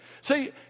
See